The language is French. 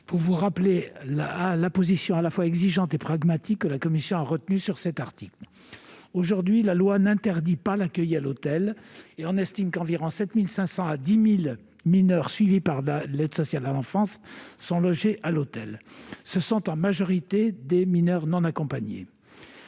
éléments sur la position à la fois exigeante et pragmatique de la commission. Aujourd'hui, la loi n'interdit pas l'accueil à l'hôtel. On estime qu'environ 7 500 à 10 000 mineurs suivis par l'aide sociale à l'enfance y sont logés. Ce sont en majorité des mineurs non accompagnés.